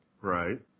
Right